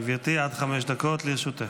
בבקשה, גברתי, עד חמש דקות לרשותך.